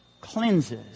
cleanses